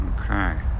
Okay